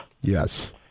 Yes